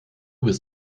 bist